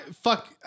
fuck